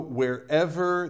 wherever